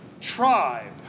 tribe